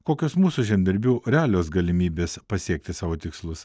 kokios mūsų žemdirbių realios galimybės pasiekti savo tikslus